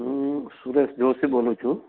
હું સુરેશ જોશી બોલું છું